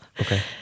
okay